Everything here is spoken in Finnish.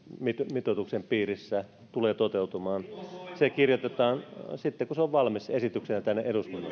mitoituksen piirissä tulee toteutumaan sitten kun se on valmis esityksenä tänne eduskuntaan